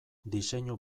diseinu